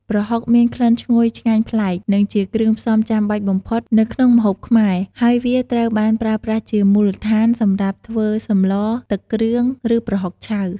ប្រហុកមាន ក្លិនឈ្ងុយឆ្ងាញ់ប្លែក និងជាគ្រឿងផ្សំចាំបាច់បំផុតនៅក្នុងម្ហូបខ្មែរ ហើយវាត្រូវបានប្រើប្រាស់ជាមូលដ្ឋានសម្រាប់ធ្វើសម្លរ ទឹកគ្រឿង ឬប្រហុកឆៅ។